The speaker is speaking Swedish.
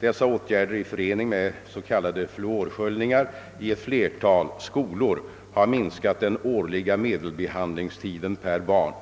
Dessa åtgärder i förening med s.k. fluorsköljningar i ett flertal skolor har minskat den årliga medelbehandlingstiden per barn.